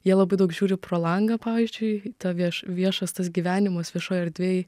jie labai daug žiūri pro langą pavyzdžiui į tą vieš viešas tas gyvenimas viešoj erdvėj